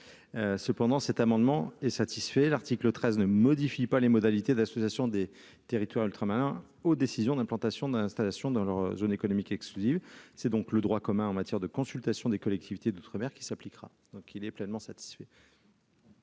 cependant, cet amendement est satisfait : l'article 13 ne modifie pas les modalités d'association des territoires ultramarins aux décisions d'implantation d'installation dans leur zone économique exclusive, c'est donc le droit commun en matière de consultation des collectivités d'outre-mer qui s'appliquera donc il est pleinement satisfait.